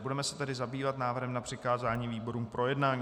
Budeme se tedy zabývat návrhem na přikázání výborům k projednání.